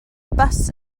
bws